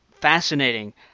fascinating